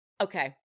okay